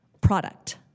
product